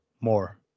more